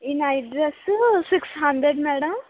ఈ night dress six hundred madam